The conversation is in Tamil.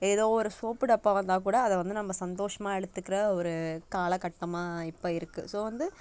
ஏதோ ஒரு சோப்பு டப்பாவாக இருந்தால் கூட அதை வந்து நம்ம சந்தோஷமாக எடுத்துக்கிற ஒரு காலகட்டமாக இப்போ இருக்குது ஸோ வந்து